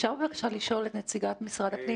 אני מבקשת לשאול את נציגת משרד הפנים,